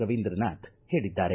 ರವಿಂದ್ರನಾಥ್ ಹೇಳಿದ್ದಾರೆ